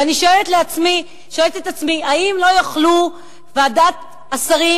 אני שואלת את עצמי: האם לא יוכלו ועדת השרים